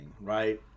right